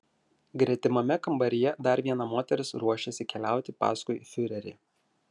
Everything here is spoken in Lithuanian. gretimame kambaryje dar viena moteris ruošėsi keliauti paskui fiurerį